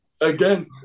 again